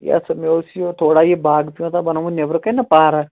یہِ سا مےٚ اوس یہِ تھوڑا یہِ باغہٕ پیوٗنٛتہ بَنومُت نٮ۪برٕ کَنۍ نہ پارک